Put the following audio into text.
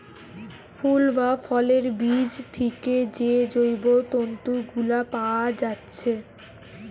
ফুল বা ফলের বীজ থিকে যে জৈব তন্তু গুলা পায়া যাচ্ছে